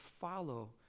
follow